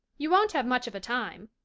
you won't have much of a time,